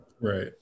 Right